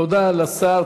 תודה לשר.